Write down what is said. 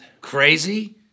Crazy